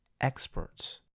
experts